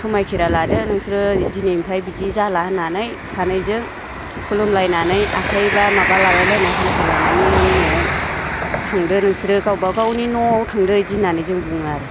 समाइ खिरा लादो नोंसोरो दिनैनिफ्राय बिदि जाला होननानै सानैजों खुलुमलायनानै आखाइ बा माबा लागाय लायनाय हेनसेक लानानै नों न'आव थांदो नोंसोरो गावबागावनि न'आव थांदो बिदि होननानै जों बुङो आरो